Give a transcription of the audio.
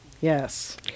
Yes